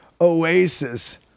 Oasis